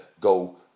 go